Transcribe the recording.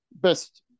best